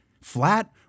flat